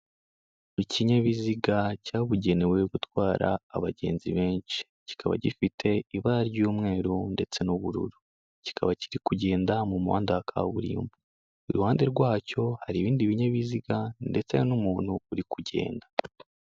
Ikinyabiziga cyabugenewe gutwara abagenzi benshi, kikaba gifite ibara ry'umweru ndetse n'ubururu, kikaba kiri kugenda mu muhanda wa kaburimbo, iruhande rwacyo hari ibindi binyabiziga ndetse hari n'umuntu uri kugenda.